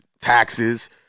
taxes